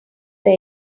were